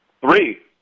Three